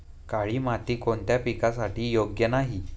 काळी माती कोणत्या पिकासाठी योग्य नाही?